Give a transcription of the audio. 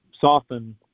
soften